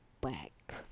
back